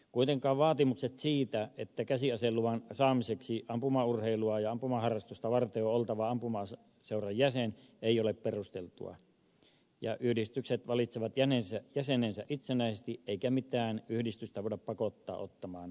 kuitenkaan vaatimukset siitä että käsiaseluvan saamiseksi ampumaurheilua ja ampumaharrastusta varten on oltava ampumaseuran jäsen eivät ole perusteltuja ja yhdistykset valitsevat jäsenensä itsenäisesti eikä mitään yhdistystä voida pakottaa ottamaan jäseniä